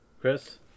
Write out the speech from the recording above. Chris